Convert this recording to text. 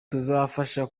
buzafasha